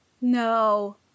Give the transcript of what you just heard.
No